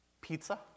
pizza